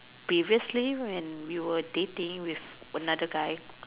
previously when we Were dating with another guy